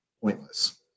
pointless